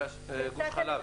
גוש חלב,